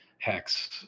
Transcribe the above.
hex